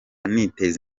niteza